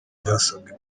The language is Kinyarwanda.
byasabwe